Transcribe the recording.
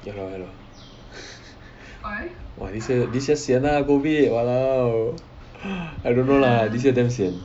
ya lor ya lor !wah! this year this year sian lah COVID !walao! I don't know lah this year damn sian